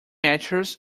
matches